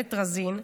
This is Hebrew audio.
איילת רזין.